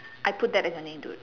I put that as your name dude